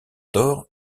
d’or